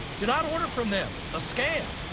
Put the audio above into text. do not order from them. a scam.